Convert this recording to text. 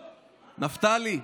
נפתלי,